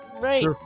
Right